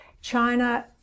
China